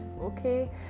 okay